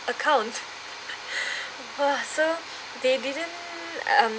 account !huh! so they didn't um